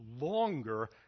longer